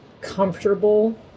comfortable